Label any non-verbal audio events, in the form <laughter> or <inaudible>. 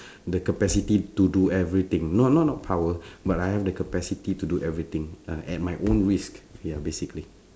<breath> the capacity to do everything not not not power <breath> but I have the capacity to do everything ya at my own risk ya basically